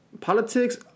politics